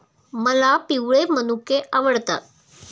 मला पिवळे मनुके आवडतात